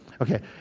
Okay